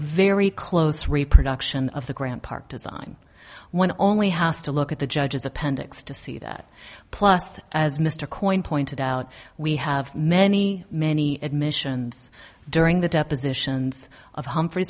very close reproduction of the grant park design one only has to look at the judges appendix to see that plus as mr coin pointed out we have many many admissions during the depositions of humphrey